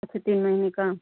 अच्छा तीन महीने का